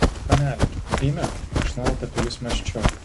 panele eime aš nuolat apie jus mąsčiau